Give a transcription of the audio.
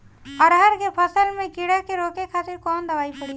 अरहर के फसल में कीड़ा के रोके खातिर कौन दवाई पड़ी?